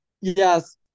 yes